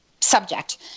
subject